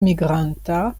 migranta